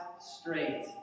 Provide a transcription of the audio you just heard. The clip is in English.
straight